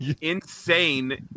insane